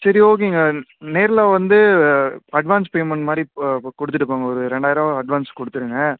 சரி ஓகேங்க நேரில் வந்து அட்வான்ஸ் பேமெண்ட் மாதிரி போ கொடுத்துட்டு போங்க ஒரு ரெண்டாயிரம் அட்வான்ஸ் கொடுத்துருங்க